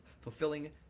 fulfilling